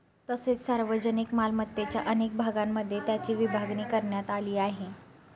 तसेच सार्वजनिक मालमत्तेच्या अनेक भागांमध्ये त्याची विभागणी करण्यात आली आहे